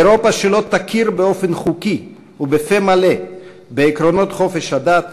אירופה שלא תכיר באופן חוקי ובפה מלא בעקרונות חופש הדת,